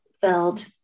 filled